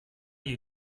you